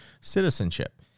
citizenship